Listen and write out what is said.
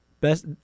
Best